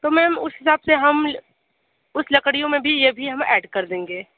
तो मैम उस हिसाब से हम उस लड़कियों में भी ये भी हम ऐड कर देंगे